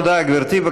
תודה, גברתי.